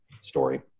story